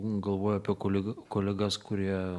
galvoju apie kolega kolegas kurie